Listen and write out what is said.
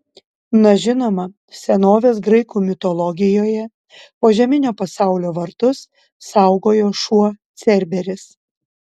na žinoma senovės graikų mitologijoje požeminio pasaulio vartus saugojo šuo cerberis